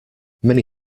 many